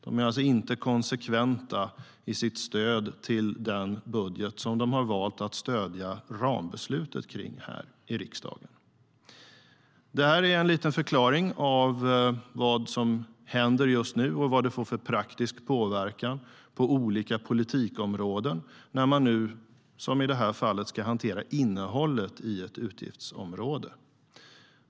De är alltså inte konsekventa i sitt stöd till den budget som de har valt att stödja rambeslutet kring här i riksdagen. Detta är en liten förklaring till vad som händer just nu och vad det får för praktisk påverkan på olika politikområden när man nu - som i det här fallet - ska hantera innehållet i ett utgiftsområde.